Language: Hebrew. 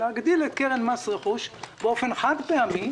להגדיל את קרן מס רכוש באופן חד-פעמי